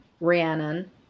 Rhiannon